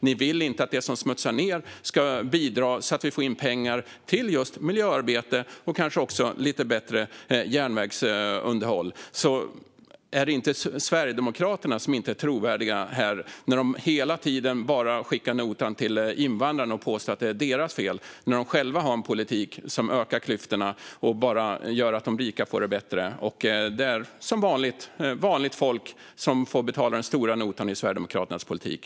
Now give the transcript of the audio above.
Ni vill inte att det som smutsar ned ska bidra till att vi får in pengar till just miljöarbete och kanske också lite bättre järnvägsunderhåll. Är det inte Sverigedemokraterna som inte är trovärdiga här? Ni skickar hela tiden notan till invandrarna och påstår att det är deras fel när ni själva har en politik som ökar klyftorna och bara gör att de rika får det bättre. Med Sverigedemokraternas politik är det vanligt folk som får betala den stora notan.